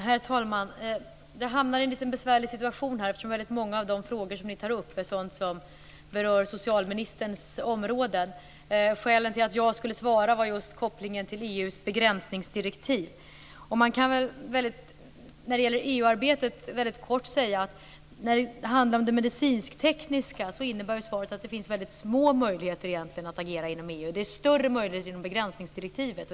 Herr talman! Det här har hamnat i en besvärlig situation. Många av de frågor som ni har tagit upp är sådant som berör socialministerns område. Skälet till att jag har svarat är just kopplingen till EU:s begränsningsdirektiv. Om EU-arbetet går det att kort säga följande. I fråga om det medicinskt-tekniska innebär svaret att det finns små möjligheter att agera inom EU. Det är större möjligheter inom ramen för begränsningsdirektivet.